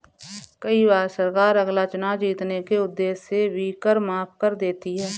कई बार सरकार अगला चुनाव जीतने के उद्देश्य से भी कर माफ कर देती है